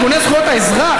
ארגוני זכויות האזרח,